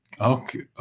Okay